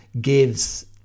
gives